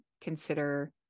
consider